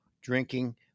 drinking